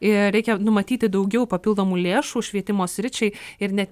ir reikia numatyti daugiau papildomų lėšų švietimo sričiai ir net